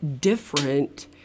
different